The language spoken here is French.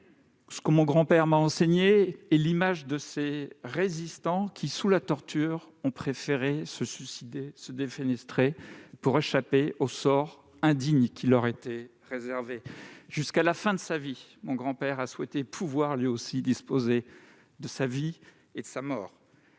ce que mon grand-père m'a enseigné et l'image de ces résistants qui, sous la torture, ont préféré se suicider, se défenestrer, pour échapper au sort indigne qui leur était réservé. Jusqu'à la fin de sa vie, mon grand-père a lui aussi souhaité pouvoir disposer de sa vie et de sa mort.